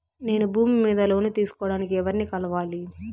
నేను భూమి మీద లోను తీసుకోడానికి ఎవర్ని కలవాలి?